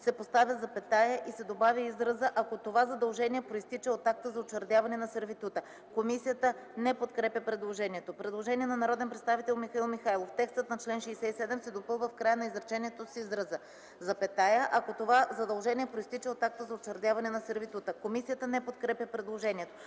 се поставя запетая и се добавя израза „ако това задължение произтича от акта за учредяване на сервитута.” Комисията не подкрепя предложението. Има постъпило предложение на народния представител Михаил Михайлов: „Текстът на чл. 67 се допълва в края на изречението с израза: „, ако това задължение произтича от акта за учредяване на сервитута.” Комисията не подкрепя предложението.